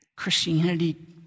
Christianity